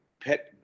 pet